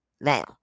Now